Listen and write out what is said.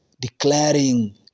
declaring